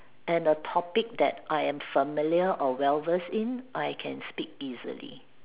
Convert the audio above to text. and the topic that I am familiar or well versed in I can speak easily